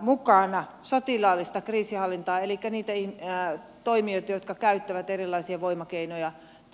mukana sotilaallista kriisinhallintaa elikkä niitä toimijoita jotka käyttävät erilaisia voimakeinoja tämän tilanteen hallintaan